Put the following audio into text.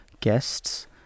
guests